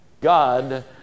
God